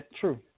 true